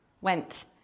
went